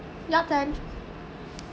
your turn